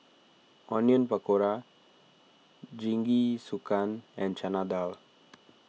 Onion Pakora Jingisukan and Chana Dal